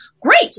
great